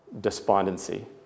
despondency